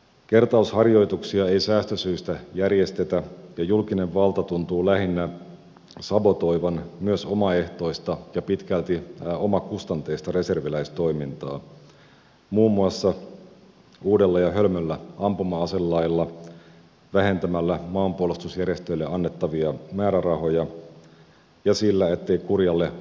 kertausharjoituksia ei säästösyistä järjestetä ja julkinen valta tuntuu lähinnä sabotoivan myös omaehtoista ja pitkälti omakustanteista reserviläistoimintaa muun muassa uudella ja hölmöllä ampuma aselailla vähentämällä maanpuolustusjärjestöille annettavia määrärahoja ja sillä ettei kurjalle ampumaratatilanteelle tehdä mitään